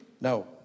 no